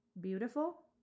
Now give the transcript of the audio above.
Beautiful